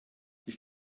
ich